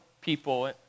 people